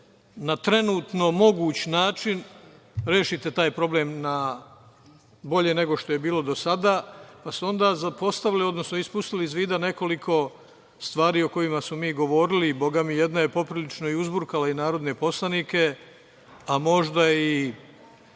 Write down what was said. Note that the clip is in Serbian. na trenutno moguć način da rešite taj problem na bolje nego što je bilo do sada, pa ste onda zapostavili, odnosno ispustili iz vida nekoliko stvari o kojima smo mi govorili i jedna je poprilično i uzburkala i narodne poslanike, a možda i